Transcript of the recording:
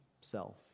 Self